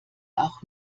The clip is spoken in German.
auch